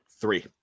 Three